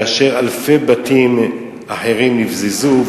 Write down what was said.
כאשר אלפי בתים אחרים נבזזו,